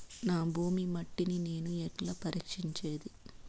నా భూమి మట్టిని నేను ఎట్లా పరీక్షించేది?